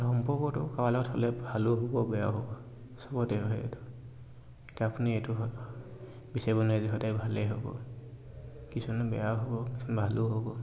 সম্পৰ্কটো হ'লে ভালো হ'ব বেয়াও হ'ব চবতে হয় এইটো এতিয়া আপুনি এইটো বিচাৰিব নোৱাৰে যে সিহঁতে ভালেই হ'ব কিছুমান বেয়াও হ'ব কিছুমান ভালো হ'ব